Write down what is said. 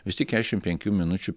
vis tik keturiasdešim penkių minučių bei